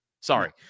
Sorry